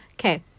Okay